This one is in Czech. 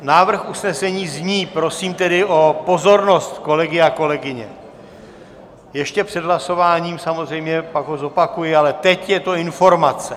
Návrh usnesení zní prosím tedy o pozornost kolegy a kolegyně, ještě před hlasováním samozřejmě, pak ho zopakuji, ale teď je to informace.